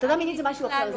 הטרדה מינית זה משהו אחר.